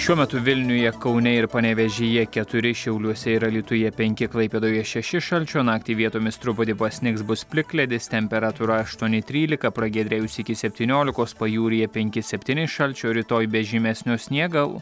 šiuo metu vilniuje kaune ir panevėžyje keturi šiauliuose ir alytuje penki klaipėdoje šešis šalčio naktį vietomis truputį pasnigs bus plikledis temperatūra aštuoni trylika pragiedrėjus iki septyniolikos pajūryje penki septyni šalčio rytoj be žymesnio sniego